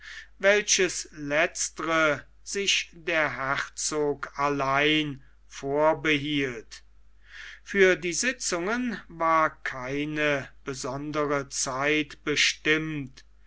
welches letztere sich der herzog allein vorbehielt für die sitzungen war keine besondere zeit bestimmt